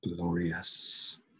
glorious